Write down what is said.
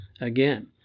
Again